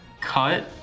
cut